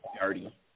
dirty